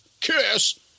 Kiss